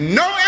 no